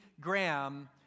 Graham